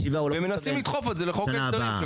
ומנסים לדחוף את זה לחוק ההסדרים.